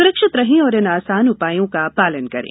सुरक्षित रहें और इन आसान उपायों का पालन करें